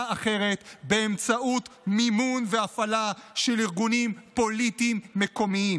אחרת באמצעות מימון והפעלה של ארגונים פוליטיים מקומיים.